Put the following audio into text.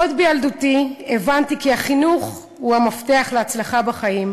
עוד בילדותי הבנתי כי החינוך הוא המפתח להצלחה בחיים,